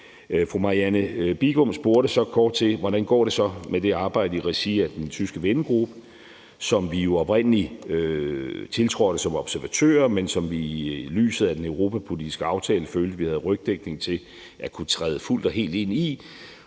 Fru Marianne Bigum spurgte kort til, hvordan det så går med det arbejde i regi af den tyske vennegruppe, som vi jo oprindelig tiltrådte som observatører, men som vi i lyset af den europapolitiske aftale følte, vi havde rygdækning til at kunne træde fuldt og helt ind i.